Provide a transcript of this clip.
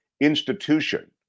institution